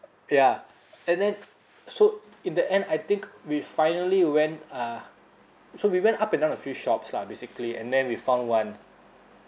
ya and then so in the end I think we finally went uh so we went up and down a few shops lah basically and then we found one